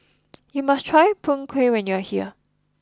you must try Png Kueh when you are here